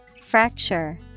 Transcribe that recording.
Fracture